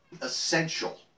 essential